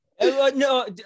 no